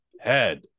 head